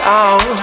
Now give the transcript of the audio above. out